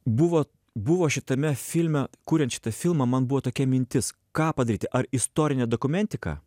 buvo buvo šitame filme kuriant šitą filmą man buvo tokia mintis ką padaryti ar istorinę dokumentiką